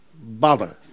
bother